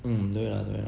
mm 对 lah 对 lah